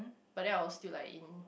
but then I was still like in